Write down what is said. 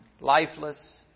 lifeless